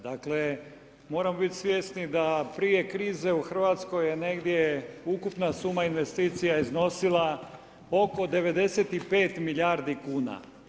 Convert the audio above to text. Dakle, moramo biti svjesni da prije krize u Hrvatskoj je negdje ukupna suma investicija iznosila oko 95 milijardi kuna.